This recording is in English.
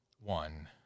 one